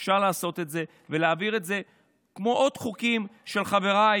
אפשר לעשות את זה ולהעביר את זה ועוד חוקים של חבריי